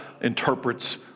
interprets